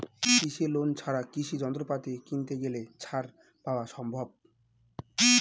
কৃষি লোন ছাড়া কৃষি যন্ত্রপাতি কিনতে গেলে ছাড় পাওয়া সম্ভব?